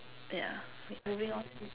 yeah K moving on